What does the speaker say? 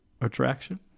attraction